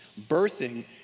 Birthing